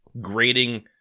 grading